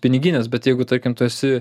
piniginės bet jeigu tarkim tu esi